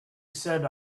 said